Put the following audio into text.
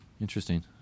Interesting